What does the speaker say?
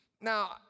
Now